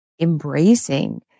embracing